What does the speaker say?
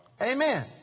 Amen